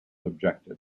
objected